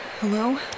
Hello